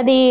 అది